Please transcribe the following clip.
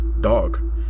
dog